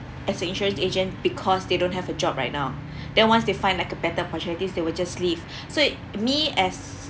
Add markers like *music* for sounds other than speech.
as an insurance agent because they don't have a job right now *breath* then once they find like a better opportunities they will just leave *breath* so me as